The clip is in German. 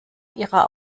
ihrer